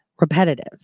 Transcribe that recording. repetitive